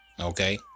okay